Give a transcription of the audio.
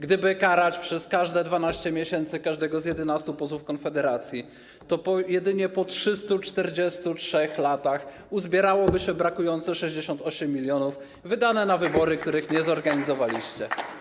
Gdyby przez każde 12 miesięcy karać każdego z 11 posłów Konfederacji, to zaledwie po 343 latach uzbierałoby się brakujące 68 mln zł wydane na wybory, których nie zorganizowaliście.